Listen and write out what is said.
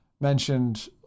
mentioned